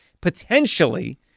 potentially